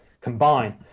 combine